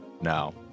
now